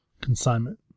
Consignment